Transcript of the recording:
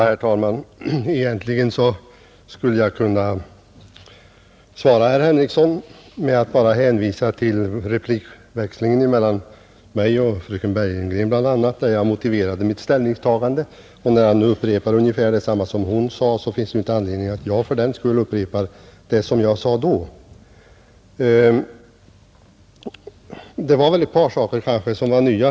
Herr talman! Egentligen skulle jag kunna svara herr Henrikson med att bara hänvisa till replikväxlingen — mellan mig och fröken Bergegren bl.a. — där jag motiverade mitt ställningstagande. När han upprepar ungefär detsamma som hon sade finns ju inte anledning att jag fördenskull upprepar vad jag sade då. Det är kanske ett par saker som var nya.